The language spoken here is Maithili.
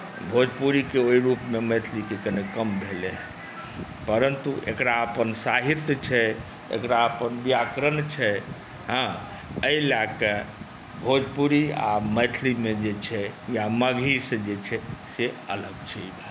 भोजपुरीके ओहि रूपमे मैथिलीके कने कम भेलै हेँ परन्तु एकरा अपन साहित्य छै एकरा अपन व्याकरण छै हँ एहि लए कऽ भोजपुरी आ मैथिलीमे जे छै या मगहीसँ जे छै से अलग छै ई भाषा